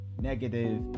negative